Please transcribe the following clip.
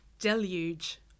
deluge